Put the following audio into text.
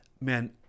man